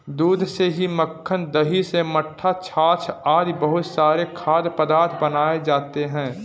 दूध से घी, मक्खन, दही, मट्ठा, छाछ आदि बहुत सारे खाद्य पदार्थ बनाए जाते हैं